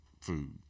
food